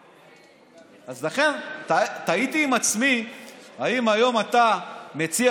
אז לכן תהיתי עם עצמי אם היום אתה מציע